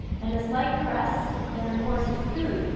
and a slight caress, and the coarsest food,